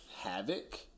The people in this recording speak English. Havoc